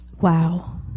Wow